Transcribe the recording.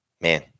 man